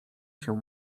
się